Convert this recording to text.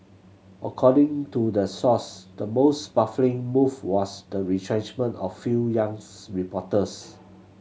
according to the source the most baffling move was the retrenchment of few youngs reporters